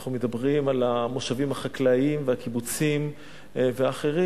אנחנו מדברים על המושבים החקלאיים והקיבוצים ואחרים.